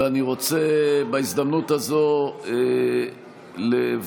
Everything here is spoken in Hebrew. אני רוצה בהזדמנות הזו לברך,